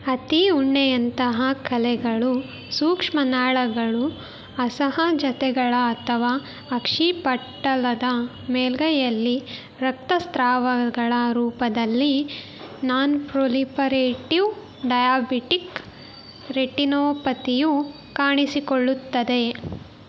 ಹತ್ತಿ ಉಣ್ಣೆಯಂತಹ ಕಲೆಗಳು ಸೂಕ್ಷ್ಮನಾಳಗಳು ಅಸಹಜತೆಗಳ ಅಥವಾ ಅಕ್ಷಿಪಟಲದ ಮೇಲ್ಮೈಯಲ್ಲಿ ರಕ್ತಸ್ರಾವಗಳ ರೂಪದಲ್ಲಿ ನಾನ್ಪ್ರೊಲಿಪರೇಟಿವ್ ಡಯಾಬಿಟಿಕ್ ರೆಟಿನೋಪತಿಯು ಕಾಣಿಸಿಕೊಳ್ಳುತ್ತದೆ